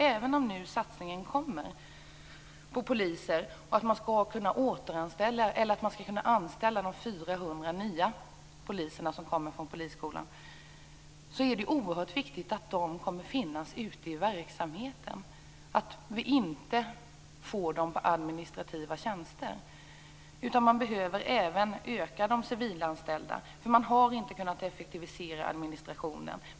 Även om det nu görs en satsning på poliser och det skall anställas 400 nya poliser från Polishögskolan är det oerhört viktigt att de kommer att finnas ute i verksamheten, att de inte får administrativa tjänster. Antalet civilanställda behöver också ökas. Man har inte kunnat effektivisera administrationen.